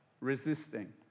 resisting